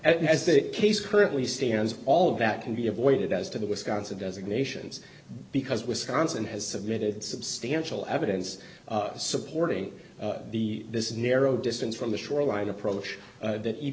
as the case currently stands all that can be avoided as to the wisconsin designations because wisconsin has submitted substantial evidence supporting the this is narrow distance from the shoreline approach